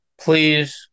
Please